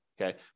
okay